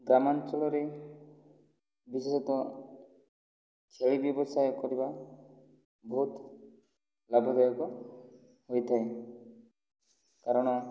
ଗ୍ରାମାଞ୍ଚଳରେ ବିଶେଷତଃ ଛେଳି ବ୍ୟବସାୟ କରିବା ବହୁତ ଲାଭଦାୟକ ହୋଇଥାଏ କାରଣ